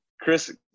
Chris